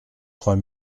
trois